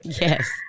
yes